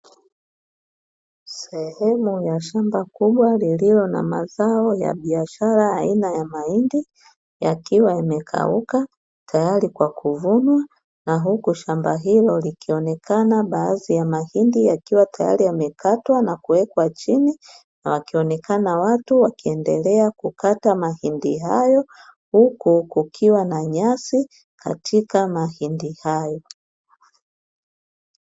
Sehemu ya shamba kubwa lililo na mazao ya biashara aina ya mahindi yakiwa yamekauka tayari kwa kuvunwa na huku shamba hilo likionekana baadhi ya mahindi yakiwa tayari yamekatwa na kuwekwa chini na wakionekana watu wakiendelea kukata mahindi hayo huku kukiwa na nyasi katika mahindi hayo.